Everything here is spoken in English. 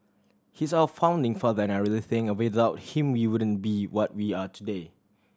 he's our founding father and I really think without him we wouldn't be what we are today